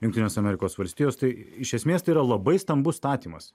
jungtinės amerikos valstijos tai iš esmės tai yra labai stambus statymas